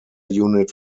unit